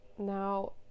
Now